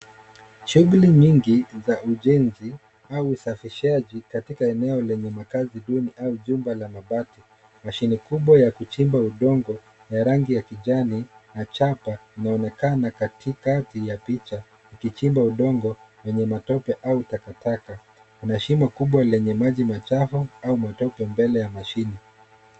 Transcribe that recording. Shuguli nyingi za ujenzi au usafishaji katika eneo lenye makazi duni au jumba la mabati. Mashine kubwa ya kuchimba udongo, ya rangi ya kijani na chapa, inaonekana katikati ya picha. Ikichimba udongo menye matope au takataka. Kuna shimo kubwa lenye maji machafu au matope mbele ya mashine.